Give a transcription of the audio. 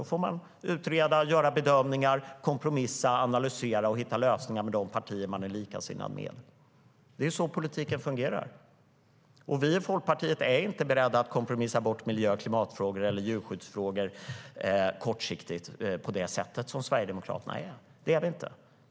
Då får man utreda, göra bedömningar, kompromissa, analysera och hitta lösningar tillsammans med likasinnade partier. Det är så politiken fungerar. Vi i Folkpartiet är inte beredda att kompromissa bort miljö och klimatfrågor eller djurskyddsfrågor kortsiktigt på det sätt som Sverigedemokraterna är.